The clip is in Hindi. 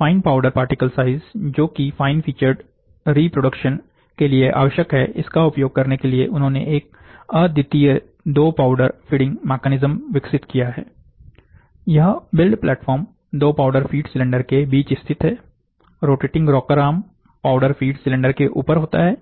फाइन पाउडर पार्टिकल साइज जो कि फाइन फीचर रिप्रोडक्शन के लिए आवश्यक है इसका उपयोग करने के लिए उन्होंने एक अद्वितीय 2 पाउडर फीडिंग मैकेनिज्म विकसित किया है एक build platform 2 powder feed cylinder के बीच स्थित है rotating rocker arm powder feed cylinder के ऊपर होता है